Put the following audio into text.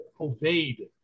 obeyed